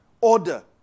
order